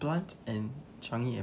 plants and changi airport